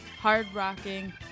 hard-rocking